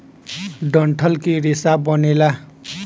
डंठल के रेसा बनेला